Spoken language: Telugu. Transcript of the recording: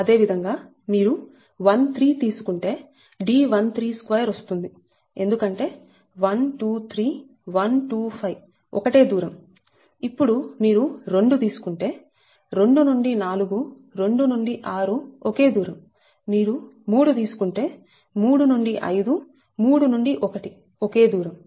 అదే విధంగా మీరు 13 తీసుకుంటే D132 వస్తుంది ఎందుకంటే 1 2 3 1 2 5 ఒకటే దూరం ఇప్పుడు మీరు 2 తీసుకుంటే 2 నుండి 4 2 నుండి 6 ఒకే దూరం మీరు 3 తీసుకుంటే 3 నుండి 5 3 నుండి 1 ఒకే దూరం